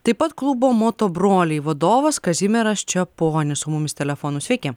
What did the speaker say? taip pat klubo moto broliai vadovas kazimieras čeponis su mumis telefonu sveiki